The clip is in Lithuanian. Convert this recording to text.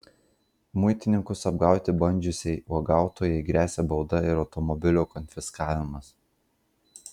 muitininkus apgauti bandžiusiai uogautojai gresia bauda ir automobilio konfiskavimas